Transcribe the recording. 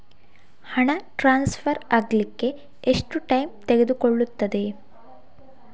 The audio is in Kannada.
ಹಣ ಟ್ರಾನ್ಸ್ಫರ್ ಅಗ್ಲಿಕ್ಕೆ ಎಷ್ಟು ಟೈಮ್ ತೆಗೆದುಕೊಳ್ಳುತ್ತದೆ?